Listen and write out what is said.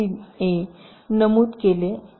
a नमूद केले आहे